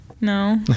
No